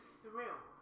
thrill